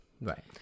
Right